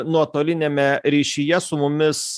nuotoliniame ryšyje su mumis